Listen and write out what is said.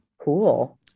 Cool